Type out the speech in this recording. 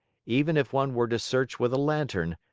even if one were to search with a lantern,